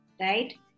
right